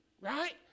Right